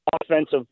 offensive